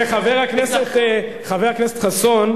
חבר הכנסת חסון,